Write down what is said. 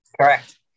correct